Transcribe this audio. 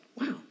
Wow